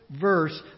verse